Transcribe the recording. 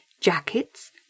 jackets